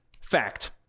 Fact